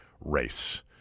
race